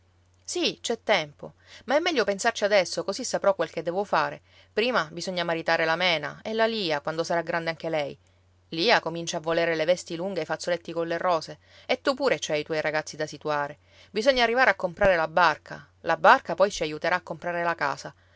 sì c'è tempo ma è meglio pensarci adesso così saprò quel che devo fare prima bisogna maritare la mena e la lia quando sarà grande anche lei lia comincia a volere le vesti lunghe e i fazzoletti colle rose e tu pure ci hai i tuoi ragazzi da situare bisogna arrivare a comprare la barca la barca poi ci aiuterà a comprare la casa